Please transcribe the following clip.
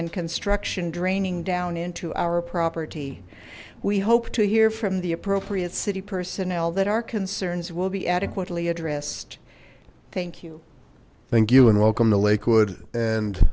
and construction draining down into our property we hope to hear from the appropriate city personnel that our concerns will be adequately addressed thank you thank you and welcome to lakewood and